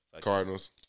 Cardinals